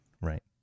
right